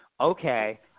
okay